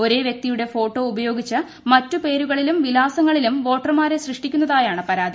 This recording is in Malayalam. ഒരേ വൃക്തിയുടെ ് ഫോട്ടോ ഉപയോഗിച്ച് മറ്റ് പേരുകളിലും വിലാസങ്ങളിലും വോട്ടർമാരെ സൃഷ്ടിക്കുന്നതായാണ് പരാതി